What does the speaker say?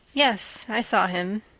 yes, i saw him.